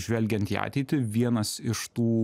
žvelgiant į ateitį vienas iš tų